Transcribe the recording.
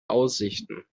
aussichten